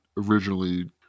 originally